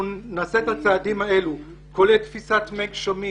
נעשה את הצעדים האלה כולל תפיסת מי גשמים,